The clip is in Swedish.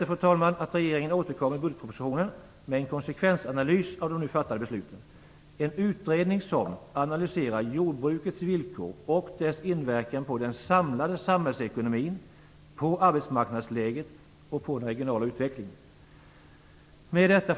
Jag förutsätter att regeringen återkommer i budgetpropositionen med en konsekvensanalys av de nu fattade besluten. Det skall vara en utredning som analyserar jordbrukets villkor och dess inverkan på den samlade samhällsekonomin, på arbetsmarknadsläget och på den regionala utvecklingen. Fru talman!